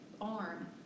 arm